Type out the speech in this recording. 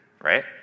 right